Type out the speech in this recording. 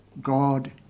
God